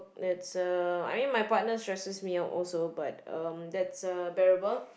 that's a I mean my partner stresses me out also but um that's uh bearable